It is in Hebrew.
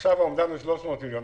עכשיו אמנם זה 300 מיליון.